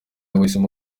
wahisemo